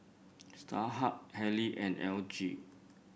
Starhub Haylee and L G